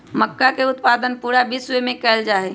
मक्का के उत्पादन पूरा विश्व में कइल जाहई